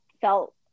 felt